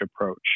approach